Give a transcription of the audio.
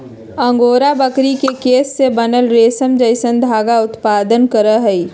angora बकरी के केश से बनल रेशम जैसन धागा उत्पादन करहइ